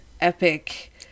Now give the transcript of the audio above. epic